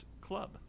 Club